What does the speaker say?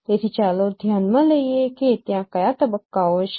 તેથી ચાલો ધ્યાનમાં લઈએ કે ત્યાં કયા તબક્કાઓ છે